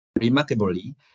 Remarkably